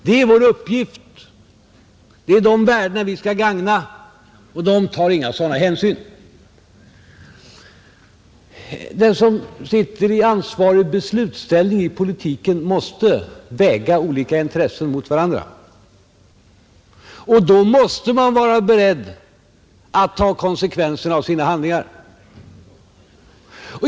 Det är vår uppgift, det är de värden vi skall gagna, De tar inga sådana hänsyn, Den som befinner sig i ansvarig beslutsställning i politiken måste väga olika intressen mot varandra, och då måste man vara beredd att ta konsekvenserna av sina handlingar.